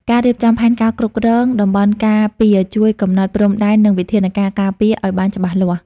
ការរៀបចំផែនការគ្រប់គ្រងតំបន់ការពារ ជួយកំណត់ព្រំដែន និងវិធានការការពារឱ្យបានច្បាស់លាស់។